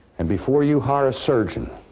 and before you hire a surgeon